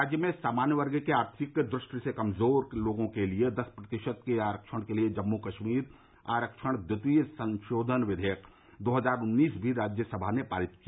राज्य में सामान्य वर्ग के ऑर्थिक दृष्टि से कमजोर लोगों के लिए दस प्रतिशत के आरक्षण के लिए जम्मू कश्मीर आरक्षण द्वितीय संशोधन विधेयक दो हजार उन्नीस भी राज्यसभा ने पारित किया